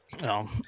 No